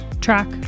track